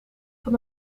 van